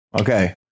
Okay